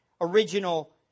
original